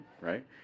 right